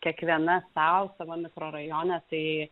kiekviena sau savo mikrorajone tai